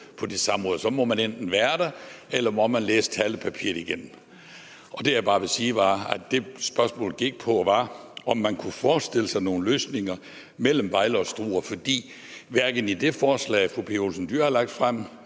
på et samråd, må man enten være der eller læse talepapiret igennem. Det, jeg bare vil sige, er, at spørgsmålet går på, om man kunne forestille sig nogle løsninger mellem Vejle og Struer. For hverken i det forslag, fru Pia Olsen Dyhr har lagt frem,